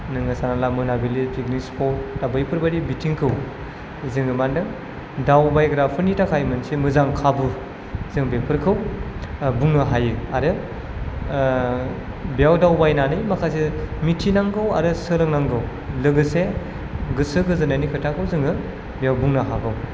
नोङो साननानै ला मोनाबिलि पिकनिक स्पट बेफोरबादि बिथिंखौ जोङो मा होनदों दावबायग्राफोरनि थाखाय मोनसे मोजां खाबु जों बेफोरखौ बुंनो हायो आरो बेयाव दावबायनानै माखासे मिथिनांगौ आरो सोलोंनांगौ लोगोसे गोसो गोजोननायनि खोथाखौ जोङो बेयाव बुंनो हागौ